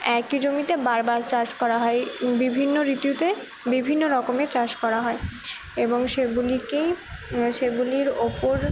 একই জমিতে বারবার চাষ করা হয় বিভিন্ন ঋতুতে বিভিন্ন রকমের চাষ করা হয় এবং সেগুলিকেই সেগুলির ওপর